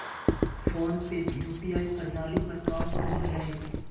phone पे UPI प्रणाली पर काम करो हय